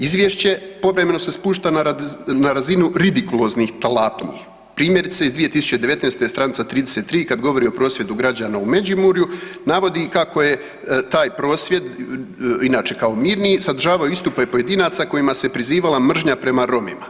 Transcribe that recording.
Izvješće povremeno se spušta na razinu ridikuloznih tlapnji, primjerice iz 2019. str. 33 kad govori o prosvjedu građana u Međimurju, navodi kako je taj prosvjed inače kao mirni, sadržava istupe pojedinaca kojima se prizivala mržnja prema Romima.